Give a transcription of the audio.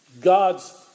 God's